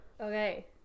Okay